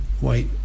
White